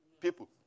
People